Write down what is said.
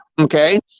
Okay